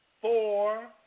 four